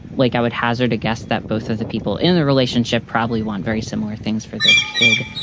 like i would hazard a guess that both of the people in the relationship probably want very similar things for their kid.